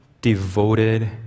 devoted